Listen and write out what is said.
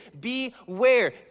beware